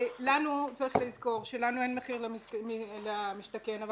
צריך לזכור שלנו אין "מחיר למשתכן" אבל